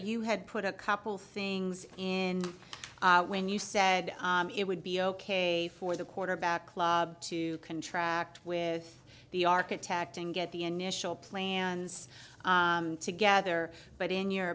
you had put a couple things in when you said it would be ok for the quarterback club to contract with the architect and get the initial plans together but in your